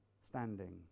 standing